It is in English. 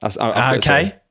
Okay